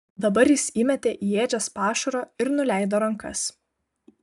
dabar jis įmetė į ėdžias pašaro ir nuleido rankas